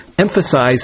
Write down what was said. emphasize